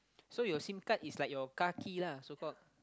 so your S I M card is like your car key lah so called